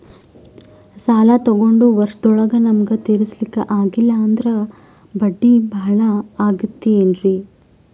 ಸಾಲ ತೊಗೊಂಡು ವರ್ಷದೋಳಗ ನಮಗೆ ತೀರಿಸ್ಲಿಕಾ ಆಗಿಲ್ಲಾ ಅಂದ್ರ ಬಡ್ಡಿ ಬಹಳಾ ಆಗತಿರೆನ್ರಿ?